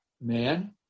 man